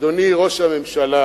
אדוני ראש הממשלה,